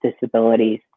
disabilities